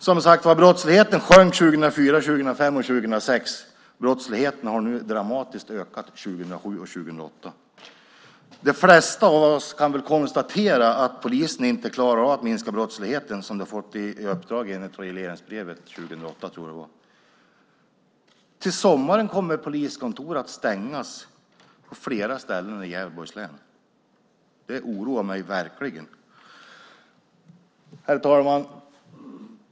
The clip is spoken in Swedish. Som sagt sjönk brottsligheten 2004, 2005 och 2006. Brottsligheten har nu dramatiskt ökat 2007 och 2008. De flesta av oss kan väl konstatera att polisen inte klarar av att minska brottsligheten som den har fått i uppdrag enligt regleringsbrevet - 2008 tror jag att det var. Till sommaren kommer poliskontor att stängas på flera ställen i Gävleborgs län. Det oroar mig verkligen. Herr talman!